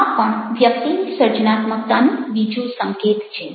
આ પણ વ્યક્તિની સર્જનાત્મકતાનો બીજો સંકેત છે